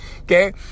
Okay